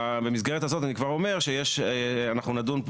במסגרת הזאת אני כבר אומר שאנחנו נדון,